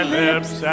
lips